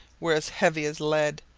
were as heavy as lead,